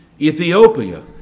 Ethiopia